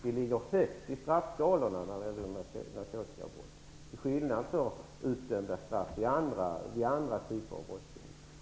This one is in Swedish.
Vi ligger högt i straffskalorna när det gäller narkotikabrott till skillnad från utdömda straff vid andra typer av brottslighet.